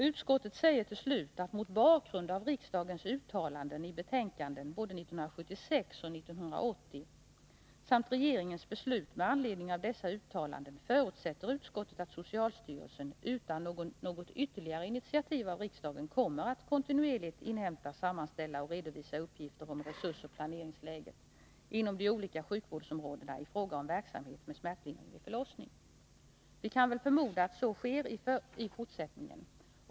Utskottet säger: ”Mot bakgrund av riksdagens uttalanden i betänkandena SoU 1976 81:11 samt regeringens beslut med anledning av dessa uttalanden förutsätter utskottet att socialstyrelsen — utan något ytterligare initiativ av riksdagen — kommer att kontinuerligt inhämta, sammanställa och redovisa uppgifter om resursoch planeringsläget inom de olika sjukvårdsområdena i fråga om verksamhet med smärtlindring vid förlossning.” Vi kan väl förmoda att så sker i fortsättningen.